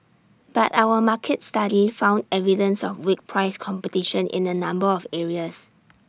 but our market study found evidence of weak price competition in A number of areas